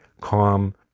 calm